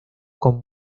con